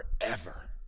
forever